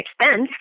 expense